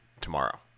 tomorrow